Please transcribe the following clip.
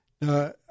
Now